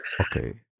Okay